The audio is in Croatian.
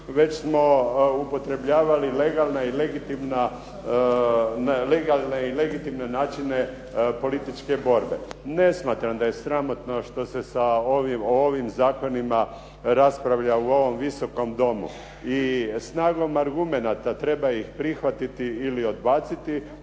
već smo upotrebljavali legalne i legitimne načine političke borbe. Ne smatram da je sramotno što se sa ovim zakonima raspravlja u ovom Visokom domu i snagom argumenata treba ih prihvatiti ili odbaciti,